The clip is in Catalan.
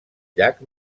llac